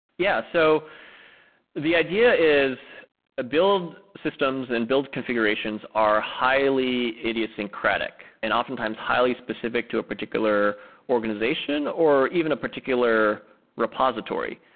yeah. so the idea is ah build systems and build configurations are highly idiosyncratic and often times highly specific to a particular organization or even a particular repository.